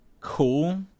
cool